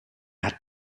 hat